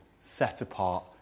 set-apart